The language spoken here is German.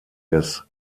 des